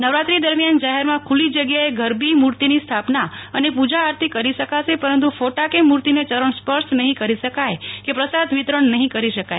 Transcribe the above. નવરાત્રી દરમ્યાન જાહેરમાં ખુલ્લી જગ્યાએ ગરબી મૂર્તિની સ્થાપના અને પૂજા આરતી કરી શકાશે પરંતુ ફોટા કેમૂતિને ચરણ સ્પર્શ નહીં કરી શકાય કે પ્રસાદ વિતરણ નહીં કરી શકાય